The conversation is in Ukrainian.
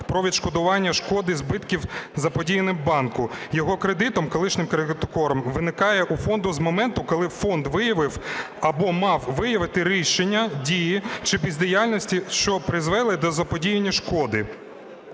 про відшкодування шкоди збитків, заподіяних банку його кредитом… колишнім кредитором, виникає у фонду з моменту, коли фонд виявив або мав виявити рішення, дії чи бездіяльність, що призвели до заподіяння шкоди.